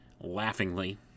laughingly